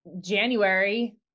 January